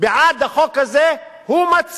בעד החוק הזה מצהיר